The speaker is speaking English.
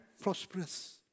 prosperous